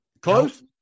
close